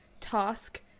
task